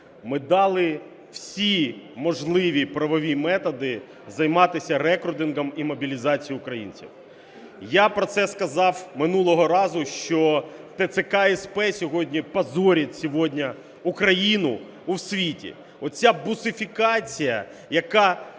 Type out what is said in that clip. ми дали всі можливі правові методи займатися рекрутингом і мобілізацією українців. Я про це сказав минулого разу, що ТЦК СП позорить сьогодні Україну у світі. Оця "бусифікація", яка